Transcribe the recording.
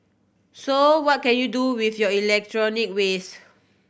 so what can you do with your electronic waste